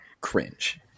cringe